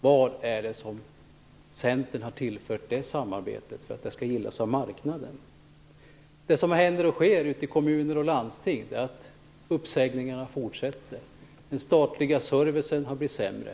Vad är det Centern har tillfört samarbetet för att det skall gillas av marknaden? Det som händer ute i kommuner och landsting är att uppsägningarna fortsätter. Den statliga servicen har blivit sämre.